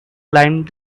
climbed